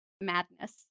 madness